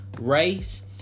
race